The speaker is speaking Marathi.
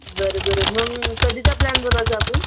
बरं बरं मग कधीचा प्लॅन बनवायचा आपण